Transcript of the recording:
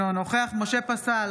אינו נוכח משה פסל,